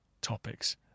topics